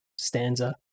stanza